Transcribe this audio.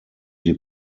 die